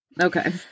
Okay